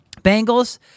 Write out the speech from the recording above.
Bengals